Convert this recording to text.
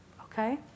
Okay